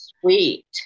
Sweet